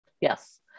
Yes